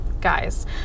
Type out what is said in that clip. Guys